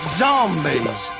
zombies